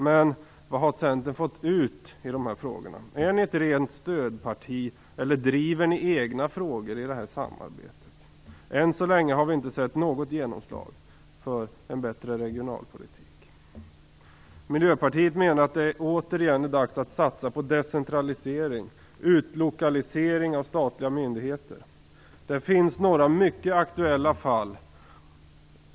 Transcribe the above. Men vad har Centern fått ut i de här frågorna? Är Centern ett rent stödparti, eller driver ni i Centern egna frågor i nämnda samarbete? Än så länge har vi inte sett något genomslag för en bättre regionalpolitik. Miljöpartiet menar att det återigen är dags att satsa på decentralisering, på utlokalisering av statliga myndigheter. Det finns några mycket aktuella fall.